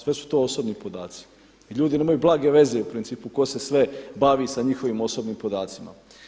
Sve su to osobni podaci i ljudi nemaju blage veze u principu tko se sve bavi sa njihovim osobnim podacima.